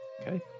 Okay